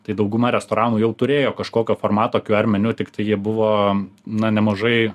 tai dauguma restoranų jau turėjo kažkokio formato qr meniu tiktai jie buvo na nemažai